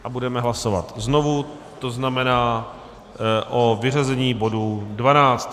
A budeme hlasovat znovu, to znamená o vyřazení bodu 12.